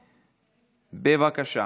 בבקשה.